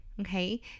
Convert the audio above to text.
okay